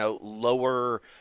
lower